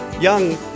young